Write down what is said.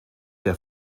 der